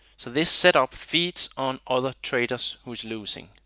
so this setup feeds on other traders who are losing.